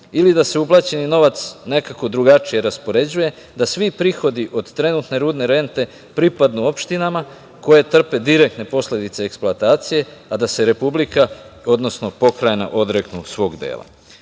ili da se uplaćeni novac nekako drugačije raspoređuje, da svi prihodi od trenutne rudne rente, pripadnu opštinama koje trpe direktne posledice eksploatacije, a da se Republika, odnosno Pokrajina odreknu svog